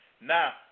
Now